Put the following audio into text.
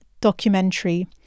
documentary